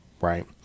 right